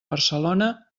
barcelona